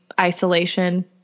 isolation